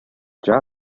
jaw